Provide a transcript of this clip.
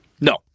No